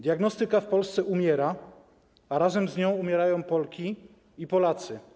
Diagnostyka w Polsce umiera, a razem z nią umierają Polki i Polacy.